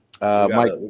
Mike